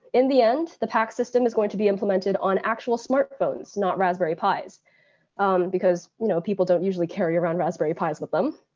in the end, the pact system is going to be implemented on actual smartphones, not raspberry pis, because you know people don't usually carry around raspberry pis with them.